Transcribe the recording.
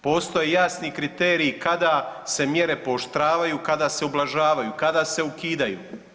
Postoje jasni kriteriji kada se mjere pooštravaju, kada se ublažavaju, kada se ukidaju.